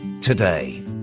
today